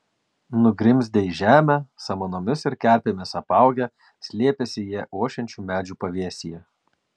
nugrimzdę į žemę samanomis ir kerpėmis apaugę slėpėsi jie ošiančių medžių pavėsyje